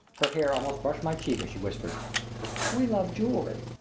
her hair almost brushed my cheek as she whispered we love jewelry!